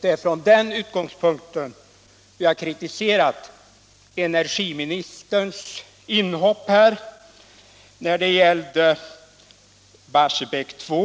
Det är från den utgångspunkten vi har kritiserat energiministerns inhopp när det gällde Barsebäck 2.